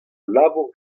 labour